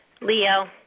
Leo